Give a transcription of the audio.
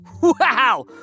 Wow